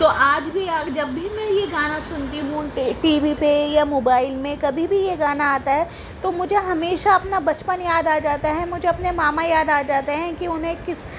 تو آج بھی آج جب بھی میں یہ گانا سنتی ہوں ٹی وی پہ یا موبائل میں کبھی بھی یہ گانا آتا ہے تو مجھے ہمیشہ اپنا بچپن یاد آجاتا ہے مجھے اپنے ماما یاد آ جاتے ہیں کہ انہیں کس حد تک